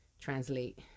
translate